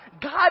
God